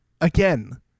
again